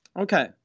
Okay